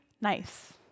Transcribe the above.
nice